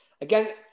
Again